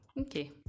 Okay